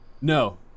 no